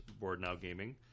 BoardNowGaming